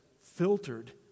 filtered